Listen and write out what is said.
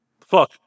Fuck